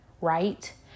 Right